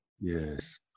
Yes